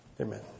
Amen